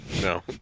No